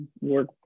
work